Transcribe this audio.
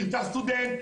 נרצח סטודנט,